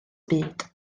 byd